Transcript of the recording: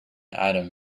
atom